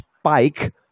spike